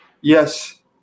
Yes